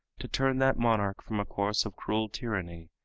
to turn that monarch from a course of cruel tyranny,